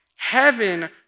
heaven